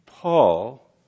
Paul